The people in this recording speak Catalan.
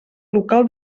local